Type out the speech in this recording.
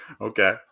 Okay